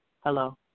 hello